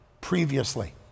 previously